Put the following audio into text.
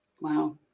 wow